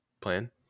plan